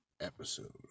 episode